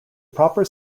proper